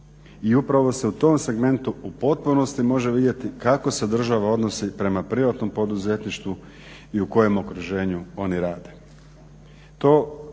I upravo se u tom segmentu u potpunosti može vidjeti kako se država odnosi prema privatnom poduzetništvu i u kojem okruženju oni rade.